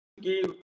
give